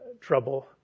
trouble